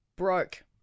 Broke